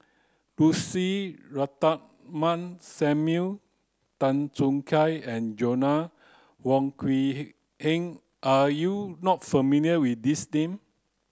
Lucy Ratnammah Samuel Tan Choo Kai and Joanna Wong Quee Heng are you not familiar with these name